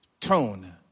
Tone